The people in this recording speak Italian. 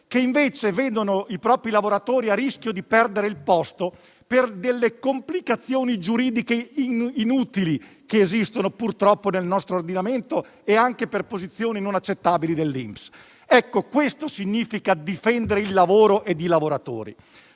che invece vedono i propri lavoratori a rischio di perdere il posto per delle complicazioni giuridiche inutili, che esistono purtroppo nel nostro ordinamento e anche per posizioni non accettabili dell'Istituto nazionale della previdenza sociale. Ecco questo significa difendere il lavoro ed i lavoratori.